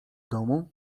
domu